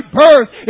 birth